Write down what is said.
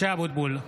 (קורא בשמות חברי הכנסת) משה אבוטבול,